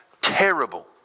terrible